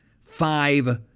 Five